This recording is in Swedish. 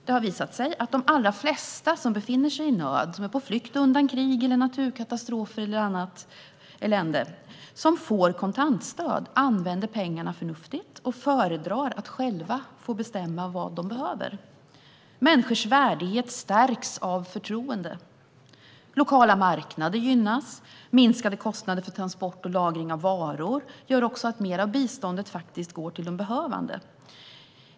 Det har visat sig att de allra flesta som befinner sig i nöd och är på flykt undan krig, naturkatastrofer eller annat elände och som får kontantstöd använder pengarna förnuftigt och föredrar att själva få bestämma vad de behöver. Människors värdighet stärks av förtroendet. Lokala marknader gynnas. Minskade kostnader för transport och lagring av varor gör också att mer av biståndet faktiskt går till de behövande.